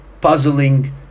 puzzling